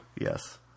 Yes